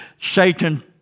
Satan